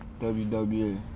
WWE